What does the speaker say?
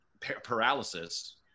paralysis